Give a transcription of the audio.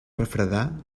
refredar